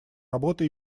работа